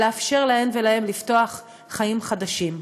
ולאפשר להן ולהם לפתוח חיים חדשים.